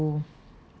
to